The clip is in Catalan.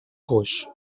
coix